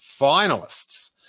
finalists